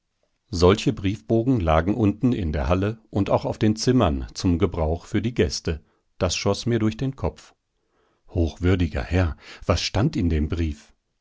solche briefbogen lagen unten in der halle und auch auf den zimmern zum gebrauch für die gäste das schoß mir durch den kopf hochwürdiger herr was stand in dem brief